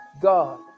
God